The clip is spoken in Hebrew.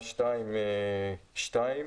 2(2):